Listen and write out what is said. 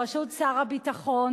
בראשות שר הביטחון,